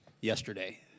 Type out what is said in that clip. yesterday